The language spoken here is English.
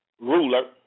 ruler